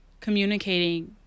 communicating